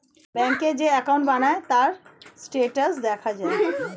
ব্যাংকে যেই অ্যাকাউন্ট বানায়, তার স্ট্যাটাস দেখা যায়